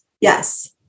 Yes